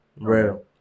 Real